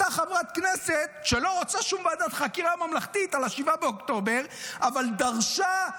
אותה חברת כנסת לא רוצה שום ועדת חקירה ממלכתית על 7 באוקטובר אבל דרשה,